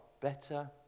better